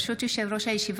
ברשות יושב-ראש הישיבה,